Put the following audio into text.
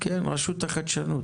כן, מרשות החדשנות.